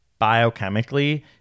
biochemically